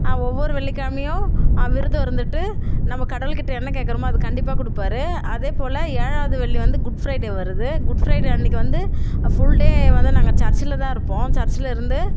ஒவ்வொரு வெள்ளிக்கிழமையும் விரதம் இருந்துட்டு நம்ம கடவுள்கிட்ட என்ன கேக்கிறமோ அது கண்டிப்பாக கொடுப்பாரு அதேபோல் ஏழாவது வெள்ளி வந்து குட் ஃப்ரைடே வருது குட் ஃப்ரைடே அன்னைக்கு வந்து ஃபுல் டே வந்து நாங்கள் சர்ச்சில் தான் இருப்போம் சர்ச்சில் இருந்து